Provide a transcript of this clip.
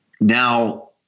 Now